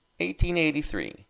1883